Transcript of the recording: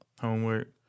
Homework